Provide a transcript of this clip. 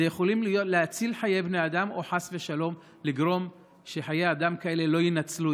ויכולים להציל חיי בני אדם או חס ושלום לגרום שחיי אדם כאלה לא יינצלו,